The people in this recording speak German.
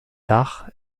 dach